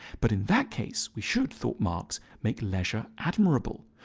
but in that case, we should thought marx make leisure admirable.